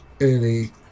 early